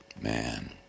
man